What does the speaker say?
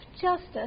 justice